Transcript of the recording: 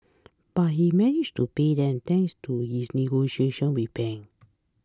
but he managed to pay them thanks to his negotiations with banks